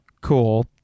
cool